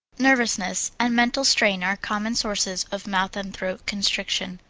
nervousness and mental strain are common sources of mouth and throat constriction,